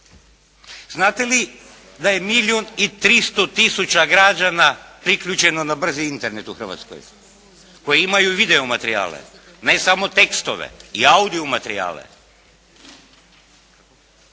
Znate li da je milijun i 300 tisuća građana priključeno na brži Internet u Hrvatskoj koji imaju video materijale, ne samo tekstove i audio materijale.